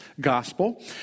gospel